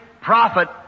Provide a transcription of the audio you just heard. prophet